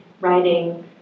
writing